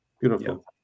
beautiful